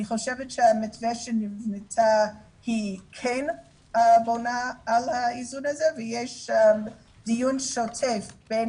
אני חושבת שהמתווה שנבנה הוא כן עונה על האיזון הזה ויש דיון שוטף בין